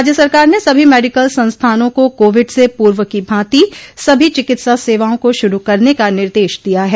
राज्य सरकार ने सभी मेडिकल संस्थानो को कोविड से पूर्व की भांति सभी चिकित्सा सेवाओं को शुरू करने का निर्देश दिया है